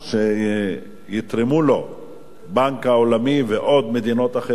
שיתרמו הבנק העולמי ועוד מדינות אחרות.